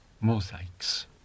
mosaics